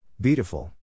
Beautiful